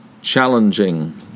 challenging